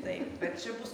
taip va čia bus